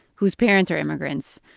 whose parents are immigrants.